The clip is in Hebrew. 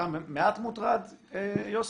אתה מעט מוטרד, יוסי?